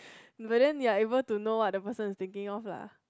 but then you are able to know what the person is thinking of lah